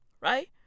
right